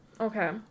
Okay